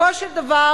בסופו של דבר,